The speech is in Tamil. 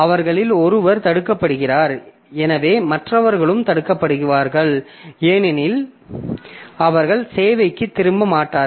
அவர்களில் ஒருவர் தடுக்கப்படுகிறார் எனவே மற்றவர்களும் தடுக்கப்படுவார்கள் ஏனெனில் அவர்கள் சேவைக்கு திரும்ப மாட்டார்கள்